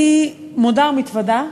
אני מודה ומתוודה,